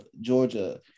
Georgia